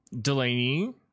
Delaney